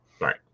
Right